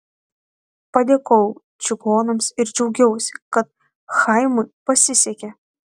padėkojau čigonams ir džiaugiausi kad chaimui pasisekė